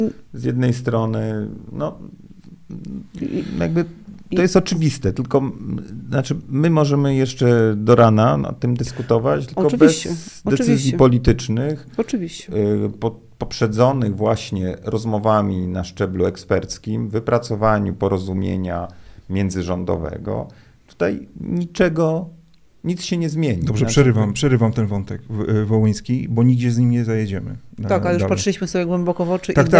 Z jednej strony, no, I- jakby to i- jest oczywiste, tylko, m, znaczy, my możemy jeszcze do rana nad tym dyskutować, tylko Oczywiście, bez decyzji oczywiście. politycznych, Oczywiście. y, po- poprzedzonych właśnie rozmowami na szczeblu eksperckim, wypracowaniu porozumienia międzyrządowego, tutaj niczego- nic się nie zmieni. Dobrze, Znaczy, przerywam- to- przerywam ten wątek w- wołyński, bo nigdzie z nim nie zajedziemy, Tak, na- ale już dalej. patrzyliśmy sobie głęboko w oczy Tak, i- tak.